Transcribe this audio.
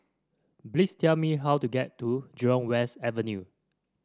please tell me how to get to Jurong West Avenue